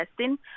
testing